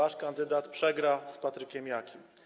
Wasz kandydat przegra z Patrykiem Jakim.